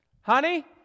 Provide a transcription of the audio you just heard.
Honey